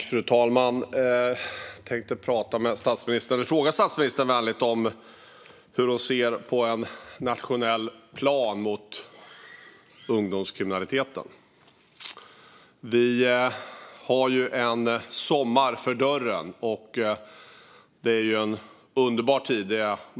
Fru talman! Jag vill vänligt fråga statsministern hur hon ser på en nationell plan mot ungdomskriminaliteten. Vi har en sommar för dörren. Det är en underbar tid.